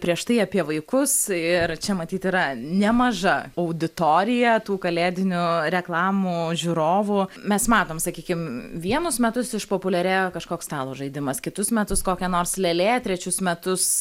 prieš tai apie vaikus ir čia matyt yra nemaža auditorija tų kalėdinių reklamų žiūrovų mes matom sakykim vienus metus išpopuliarėja kažkoks stalo žaidimas kitus metus kokia nors lėlė trečius metus